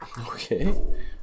Okay